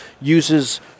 uses